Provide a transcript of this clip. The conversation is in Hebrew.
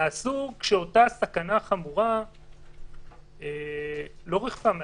נעשו כשאותה סכנה חמורה לא ריחפה מעלינו.